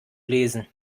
lesen